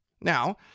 Now